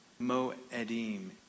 Moedim